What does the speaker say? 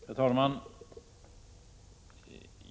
Herr talman!